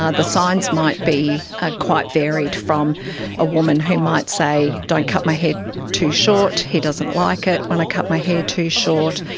ah the signs might be ah quite varied, from a woman who might say, don't cut my hair too short he doesn't like it when i cut my hair too short.